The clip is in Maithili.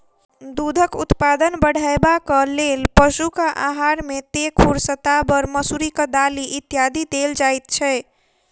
दूधक उत्पादन बढ़यबाक लेल पशुक आहार मे तेखुर, शताबर, मसुरिक दालि इत्यादि देल जाइत छै